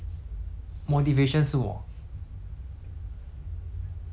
还有什么 ah 什么一样 ah motivation 还有什么 ah